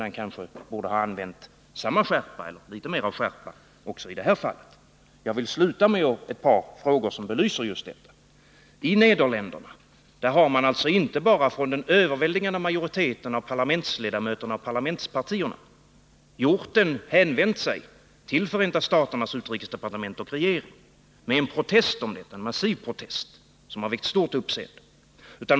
Han borde ha använt litet mera skärpa i det här fallet. Jag vill sluta med ett par frågor som belyser just detta. I Nederländerna har inte bara den överväldigande majoriteten av parlamentsledamöterna och parlamentspartierna hänvänt sig till Förenta staternas utrikesdepartement och regering med en massiv protest som har väckt stort uppseende.